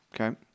Okay